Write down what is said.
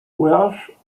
walsh